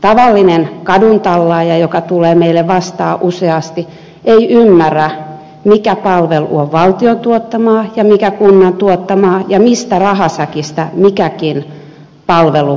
tavallinen kaduntallaaja joka tulee meille vastaan useasti ei ymmärrä mikä palvelu on valtion tuottamaa ja mikä kunnan tuottamaa ja mistä rahasäkistä mikäkin palvelu on tuotettu